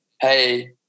hey